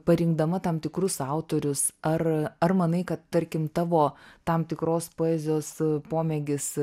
parinkdama tam tikrus autorius ar ar manai kad tarkim tavo tam tikros poezijos pomėgis